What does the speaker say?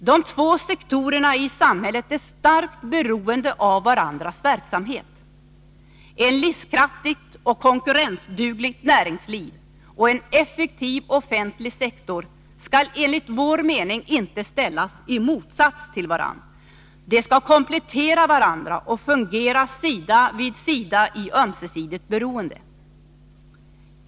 De två sektorerna i samhället är starkt beroende av varandras verksamhet. Ett livskraftigt och konkurrensdugligt näringsliv och en effektiv offentlig sektor skall enligt vår mening inte ställas i motsats till varandra. De skall komplettera varandra och fungera sida vid sida i ett ömsesidigt beroende.